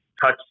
touch